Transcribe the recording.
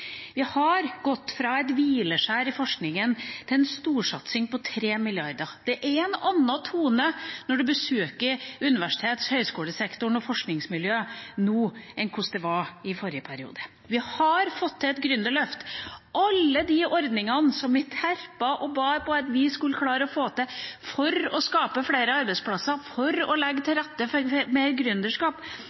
Vi har gått fra et hvileskjær i forskningen til en storsatsing på 3 mrd. kr. Det er en annen tone når man besøker universitets- og høyskolesektoren og forskningsmiljøer nå enn hvordan det var i forrige periode. Vi har fått til et gründerløft – alle de ordningene som vi terpet på at vi skulle klare å få til for å skape flere arbeidsplasser, for å legge til rette for mer